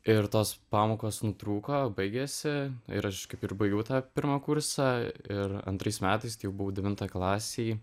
ir tos pamokos nutrūko baigėsi ir aš kaip ir baigiau tą pirmą kursą ir antrais metais tai jau buvau devintoj klasėj